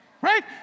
right